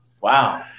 Wow